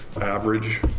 average